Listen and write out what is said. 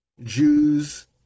jews